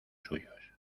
suyos